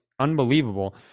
Unbelievable